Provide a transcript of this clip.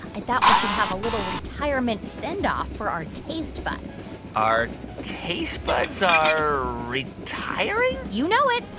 i thought we should have a little retirement send-off for our taste buds our taste buds are retiring? you know it.